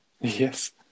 Yes